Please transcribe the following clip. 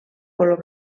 color